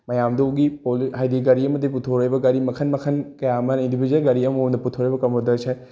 ꯃꯌꯥꯝꯗꯨꯒꯤ ꯍꯥꯏꯗꯤ ꯒꯥꯔꯤ ꯑꯃꯗꯩ ꯄꯨꯊꯣꯔꯛꯏꯕ ꯒꯥꯔꯤ ꯃꯈꯟ ꯃꯈꯟ ꯀꯌꯥ ꯑꯃꯅ ꯏꯟꯗꯤꯚꯤꯖꯨꯋꯦꯜ ꯒꯥꯔꯤ ꯑꯃꯃꯝꯅ ꯄꯨꯊꯣꯔꯛꯏꯕ ꯀꯥꯔꯕꯣꯟ ꯗꯥꯏ ꯑꯣꯛꯁꯥꯏꯠ